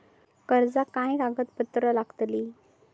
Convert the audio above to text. कर्जाक काय कागदपत्र लागतली?